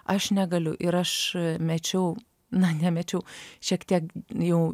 aš negaliu ir aš mečiau na nemečiau šiek tiek jau